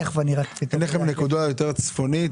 אין לכם נקודה יותר צפונית?